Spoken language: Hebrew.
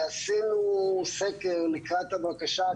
ועשינו סקר לקראת הבקשה,